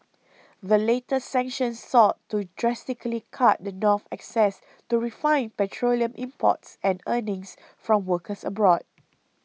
the latest sanctions sought to drastically cut the North's access to refined petroleum imports and earnings from workers abroad